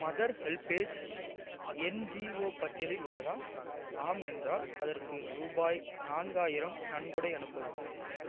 mother HelpAge NGO பட்டியலில் உள்ளதா ஆம் என்றால் அதற்கு ரூபாய் நான்காயிரம் நன்கொடை அனுப்பவும்